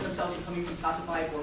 from the classified.